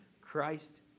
Christ